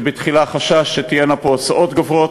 שבתחילה חשש שתהיינה פה הוצאות גוברות,